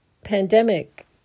pandemic